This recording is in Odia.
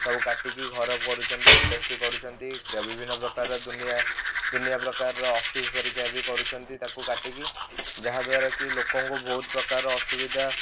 ସବୁ କାଟିକି ଘର କରୁଛନ୍ତି ଇଣ୍ଡଷ୍ଟ୍ରି କରୁଛନ୍ତି କେ ବିଭିନ୍ନ ପ୍ରକାରର ଦୁନିଆ ଦୁନିଆ ପ୍ରକାରର ଅଫିସ୍ ଘରିକା ବି କରୁଛନ୍ତି ତାକୁ କାଟିକି ଯାହାଦ୍ୱାରା କି ଲୋକଙ୍କୁ ବହୁତ ପ୍ରକାରର ଅସୁବିଧା